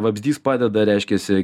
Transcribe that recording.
vabzdys padeda reiškiasi